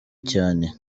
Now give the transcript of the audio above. cyane